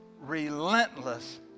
relentless